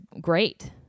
great